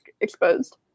exposed